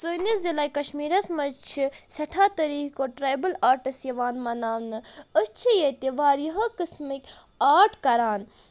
سأنِس ضِلعے کشمیٖرس منٛز چھ سٮ۪ٹھاہ طٔریٖقو ٹرایبل آرٹس یِوان مناونہٕ أسۍ چھ ییٚتہِ واریاہو قٔسمٕکۍ آرٹ کران